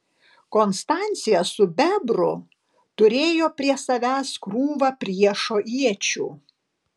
konstancija su bebru turėjo prie savęs krūvą priešo iečių